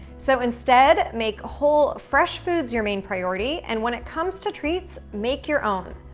so instead, make whole, fresh foods your main priority, and when it comes to treats, make your own.